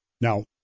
Now